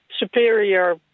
Superior